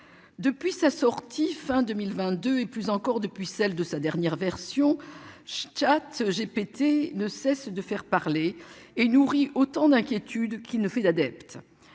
Depuis sa sortie fin 2022 et plus encore depuis celle de sa dernière version. J'ai pété ne cesse de faire parler et nourrit autant d'inquiétude qui ne fait d'adeptes.